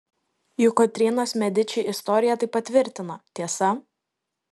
juk kotrynos mediči istorija tai patvirtina tiesa